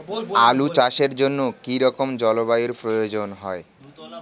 আলু চাষের জন্য কি রকম জলবায়ুর প্রয়োজন?